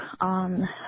on